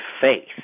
faith